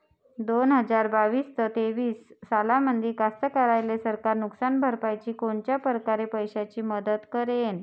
दोन हजार बावीस अस तेवीस सालामंदी कास्तकाराइले सरकार नुकसान भरपाईची कोनच्या परकारे पैशाची मदत करेन?